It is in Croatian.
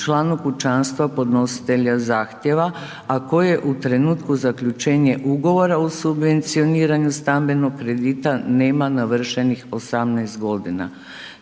članu kućanstva podnositelja zahtjeva, a koje u trenutku zaključenja ugovora o subvencioniranju stambenog kredita nema navršenih 18 godina.